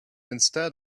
instead